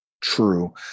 True